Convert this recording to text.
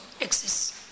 exists